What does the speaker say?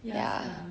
ya sia